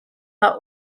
are